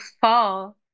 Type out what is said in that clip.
fall